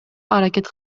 аракет